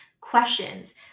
questions